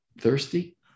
thirsty